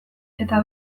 eta